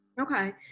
Okay